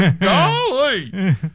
Golly